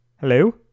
Hello